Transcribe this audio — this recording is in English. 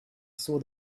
saw